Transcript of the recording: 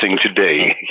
today